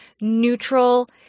neutral